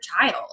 child